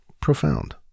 profound